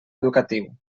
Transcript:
educatiu